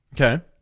Okay